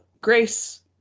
grace